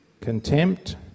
contempt